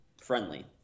friendly